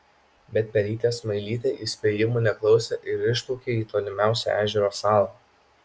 bet pelytė smailytė įspėjimų neklausė ir išplaukė į tolimiausią ežero salą